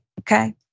okay